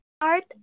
art